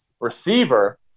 receiver